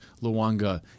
Luanga